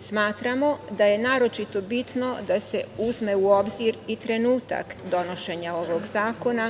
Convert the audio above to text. Smatramo da je naročito bitno da se uzme u obzir i trenutak donošenja ovog zakona,